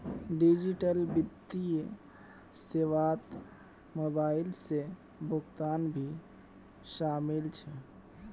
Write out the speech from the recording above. digital वित्तीय सेवात mobile से भुगतान भी शामिल छे